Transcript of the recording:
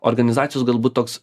organizacijos galbūt toks